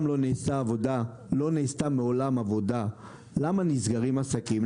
לא נעשתה עבודה למה נסגרים עסקים.